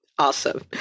Awesome